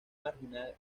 marginal